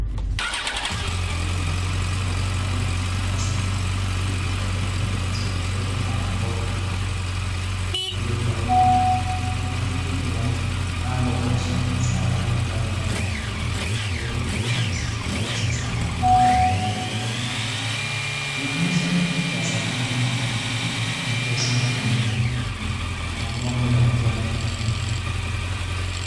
Hili ni mkusanyiko wa vyombo vya asili. Vingi vimetengenezwa kutoka kwa maboga yaliyokaushwa. Vyombo hivi vimepambwa kwa shanga za rangi mbalimbali, nyeupe na nyeusi, zikionyesha sanaa ya kitamaduni. Inaonyesha vitu vya sanaa na utamaduni pengine vinavyohusiana na mila na mabombo ya ajadi.